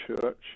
church